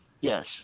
Yes